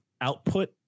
output